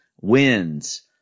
Wins